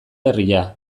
herria